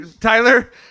Tyler